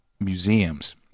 museums